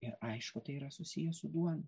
ir aišku tai yra susiję su duona